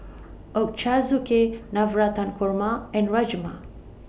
Ochazuke Navratan Korma and Rajma